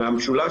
מהמשולש,